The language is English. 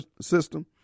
system